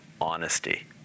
honesty